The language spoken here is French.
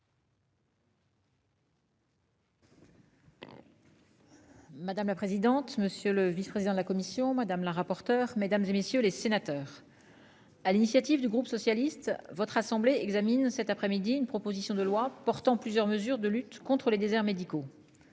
Madame la présidente, monsieur le vice-président de la commission, madame la rapporteure mesdames et messieurs les sénateurs. À l'initiative du groupe socialiste votre assemblée examine cet après-midi une proposition de loi portant plusieurs mesures de lutte contre les déserts médicaux.